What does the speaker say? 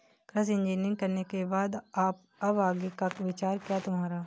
कृषि इंजीनियरिंग करने के बाद अब आगे का क्या विचार है तुम्हारा?